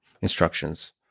instructions